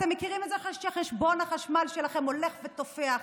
אתם מכירים את זה אחרי שחשבון החשמל שלכם הולך ותופח,